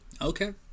Okay